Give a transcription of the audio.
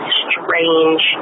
strange